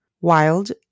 wild